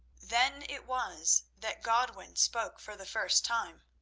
then it was that godwin spoke for the first time.